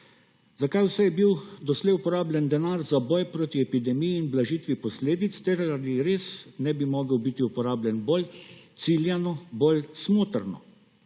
Zakaj vse je bil doslej uporabljen denar za boj proti epidemiji in blažitev posledic ter ali res ne bi mogel biti uporabljen bolj ciljano, bolj smotrno?